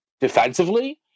defensively